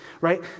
right